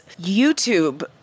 YouTube